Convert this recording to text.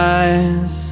eyes